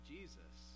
Jesus